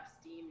steam